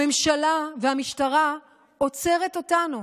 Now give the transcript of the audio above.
הממשלה והמשטרה עוצרת אותנו.